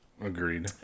Agreed